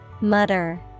mutter